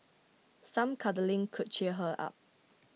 some cuddling could cheer her up